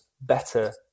better